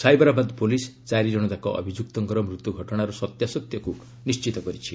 Cyberabad police ଚାରିଜଣ ଯାକ ଅଭିଯୁକ୍ତଙ୍କର ମୃତ୍ୟୁ ଘଟଣାର ସତ୍ୟାସତ୍ୟକୁ ନିଶ୍ଚିତ୍ କରିଛି